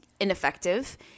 ineffective